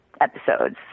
episodes